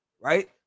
right